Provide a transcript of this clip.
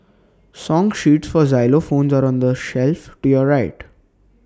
song sheets for xylophones are on the shelf to your right